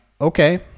okay